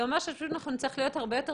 זה אומר שאנחנו נצטרך להיות הרבה יותר